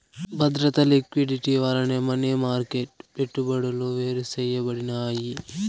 బద్రత, లిక్విడిటీ వల్లనే money market పెట్టుబడులు వేరుసేయబడినాయి